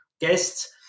guests